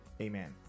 amen